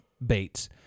Bates